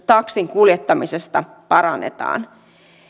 taksin kuljettamisesta parannetaan